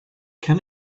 can